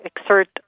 exert